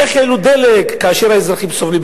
איך העלו את מחיר הדלק כאשר האזרחים סובלים?